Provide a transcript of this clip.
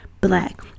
Black